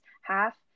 half